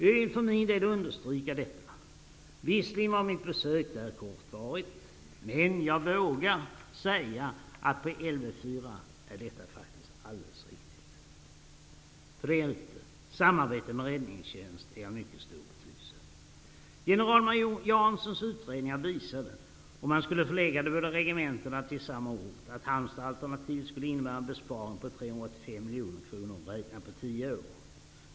Jag vill för min del understryka detta. Visserligen var mitt besök där kortvarigt, men jag vågar säga att detta faktiskt är alldeles riktigt på Lv 4. För det elfte: Samarbete med Räddningstjänst är av mycket stor betydelse. Generalmajor Janssons utredningar visade att om man skulle förlägga de båda regementena till samma ort skulle Halmstadsalternativet innebära en besparing på 385 miljoner kronor räknat på tio år.